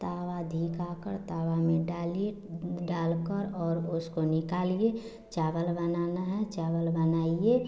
तवा धिकाकर तवा में डालिए डालकर और उसको निकालिए चावल बनाना है चावल बनाइए